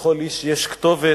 לכל איש יש כתובת.